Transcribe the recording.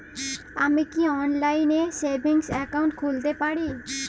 আমি কি অনলাইন এ সেভিংস অ্যাকাউন্ট খুলতে পারি?